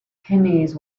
pennies